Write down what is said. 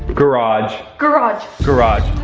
garage! garage! garage!